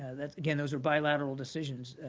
that again, those are bilateral decisions.